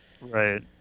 Right